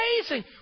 amazing